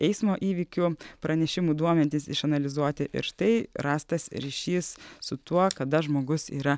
eismo įvykių pranešimų duomenys išanalizuoti ir štai rastas ryšys su tuo kada žmogus yra